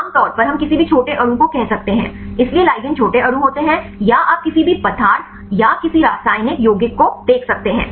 आम तौर पर हम किसी भी छोटे अणु को कह सकते हैं इसलिए लिगेंड छोटे अणु होते हैं या आप किसी भी पदार्थ या किसी रासायनिक यौगिक को सही देख सकते हैं